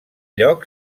lloc